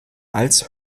als